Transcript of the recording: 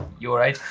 your age.